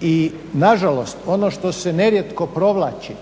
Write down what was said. i nažalost ono što se nerijetko provlači